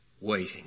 waiting